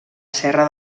serra